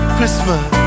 Christmas